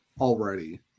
already